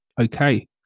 Okay